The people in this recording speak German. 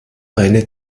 eine